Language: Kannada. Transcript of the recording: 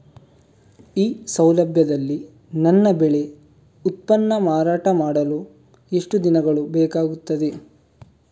ಈ ಸೌಲಭ್ಯದಲ್ಲಿ ನನ್ನ ಬೆಳೆ ಉತ್ಪನ್ನ ಮಾರಾಟ ಮಾಡಲು ಎಷ್ಟು ದಿನಗಳು ಬೇಕಾಗುತ್ತದೆ?